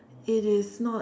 it is not